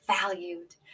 valued